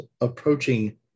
approaching